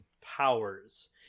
powers